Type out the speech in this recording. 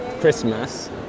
Christmas